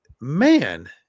man